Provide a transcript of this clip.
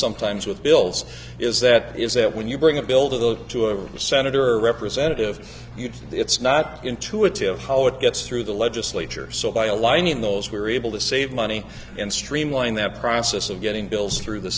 sometimes with bills is that is that when you bring a bill to the to a senator or representative you it's not intuitive how it gets through the legislature so by aligning those we are able to save money and streamline that process of getting bills through the